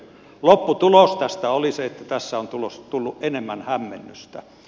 lopputulos tästä oli se että tässä on tullut enemmän hämmennystä